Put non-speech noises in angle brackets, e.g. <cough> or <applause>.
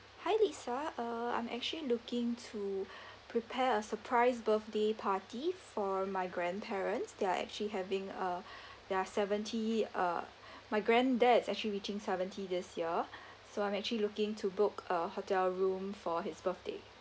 hi lisa uh I'm actually looking to <breath> prepare a surprise birthday party for my grandparents they are actually having a <breath> their seventy uh my granddad is actually reaching seventy this year <breath> so I'm actually looking to book a hotel room for his birthday